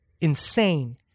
insane